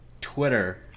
Twitter